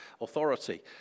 authority